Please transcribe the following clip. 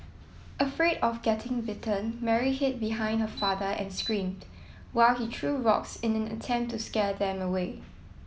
afraid of getting bitten Mary hid behind her father and screamed while he threw rocks in an attempt to scare them away